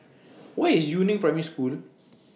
Where IS Yu Neng Primary School